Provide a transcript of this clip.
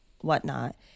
whatnot